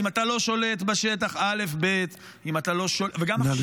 אם אתה לא שולט בשטח אלף-בית --- נא לסיים.